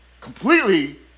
completely